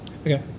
Okay